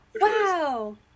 Wow